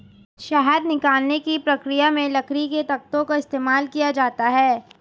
शहद निकालने की प्रक्रिया में लकड़ी के तख्तों का इस्तेमाल किया जाता है